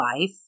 life